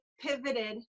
pivoted